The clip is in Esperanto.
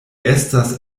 estas